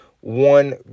one